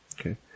Okay